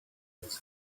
was